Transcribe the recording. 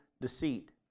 deceit